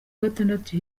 gatandatu